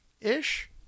ish